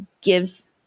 gives